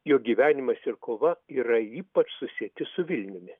jo gyvenimas ir kova yra ypač susieti su vilniumi